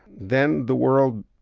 then the world,